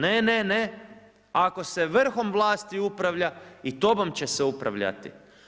Ne, ne, ne, ako se vrhom vlasti upravlja, i tobom će se upravljati.